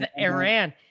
Iran